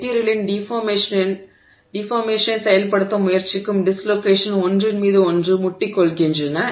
மெட்டிரியலின் டிஃபார்மேஷனை செயல்படுத்த முயற்சிக்கும் டிஸ்லோகேஷன் ஒன்றின் மீது ஒன்று முட்டிக் கொள்கின்றன